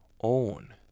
own